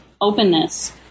openness